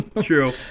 True